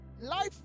life